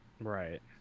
Right